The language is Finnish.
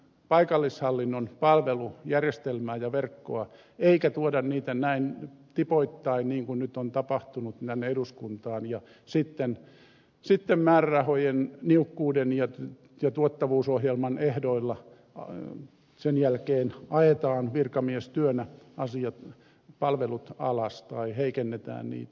paikallishallinnon palvelun järjestelmä ja kokonaisuutena eikä tuoda ehdotuksia tänne eduskuntaan näin tipoittain kuin nyt on tapahtunut jolloin määrärahojen niukkuuden ja tuottavuusohjelman ehdoilla ajetaan virkamiestyönä sen jälkeen palvelut alas tai heikennetään niitä